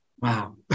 Wow